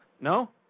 No